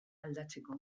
aldatzeko